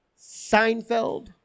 Seinfeld